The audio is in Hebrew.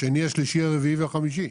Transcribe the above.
השני, השלישי, הרביעי והחמישי.